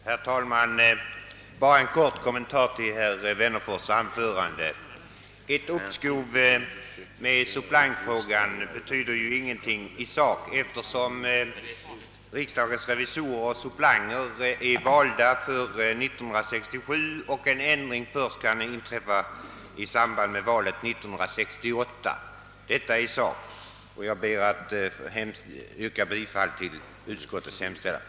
Herr talman! Bara en kort kommentar i anledning av herr Wennerfors” anförande! Ett uppskov med suppleantfrågan betyder ingenting i sak, eftersom riksdagens revisorer och suppleanter är valda för 1967 och en ändring kan göras först i samband med valet 1968. Jag ber att få yrka bifall till utskottets hemställan.